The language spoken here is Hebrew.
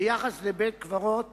ביחס לבית-קברות